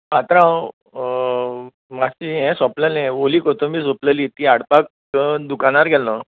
पात्रांव मात्शे हें सोंपलेलें ओली कोथंबीर सोंपलेली ती ती हाडपाक दुकानार गेल्लो